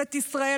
ממשלת ישראל,